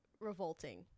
revolting